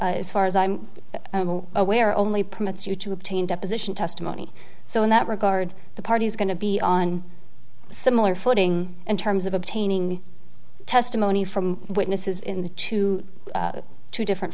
as far as i'm aware only permits you to obtain deposition testimony so in that regard the party's going to be on similar footing in terms of obtaining testimony from witnesses in the two different